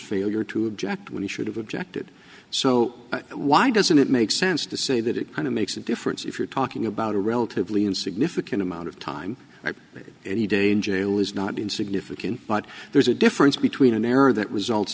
failure to object when he should have objected so why doesn't it make sense to say that it kind of makes a difference if you're talking about a relatively insignificant amount of time or any day in jail is not insignificant but there's a difference between an error that results